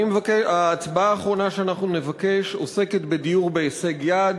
ההצבעה האחרונה שאנחנו נבקש עוסקת בדיור בהישג יד.